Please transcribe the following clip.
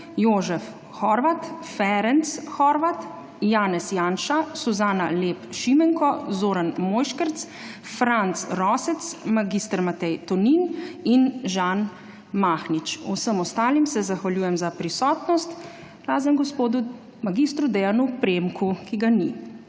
Jožef Horvat, Ferenc Horváth, Janez Janša, Suzana Lep Šimenko, Zoran Mojškerc, Franc Rosec, mag. Matej Tonin in Žan Mahnič. Vsem ostalim se zahvaljujem za prisotnost, razen gospodu mag. Dejanu Premiku, ki ga ni.